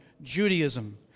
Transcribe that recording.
Judaism